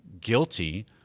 guilty